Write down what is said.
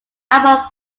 album